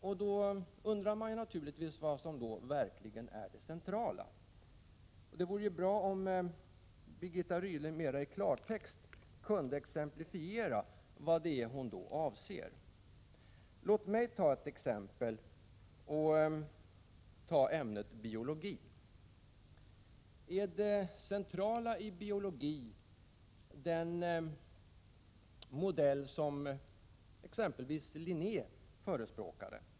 Då undrar man naturligtvis vad som ”verkligen är det centrala”. Det vore bra om Birgitta Rydle i klartext kunde exemplifiera vad hon avser. Låt mig ge ett exempel och ta ämnet biologi. Är det centrala i biologin den modell som exempelvis Linné förespråkade?